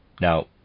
Now